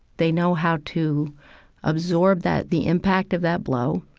they know how to absorb that, the impact of that blow.